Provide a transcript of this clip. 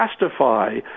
justify